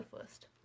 first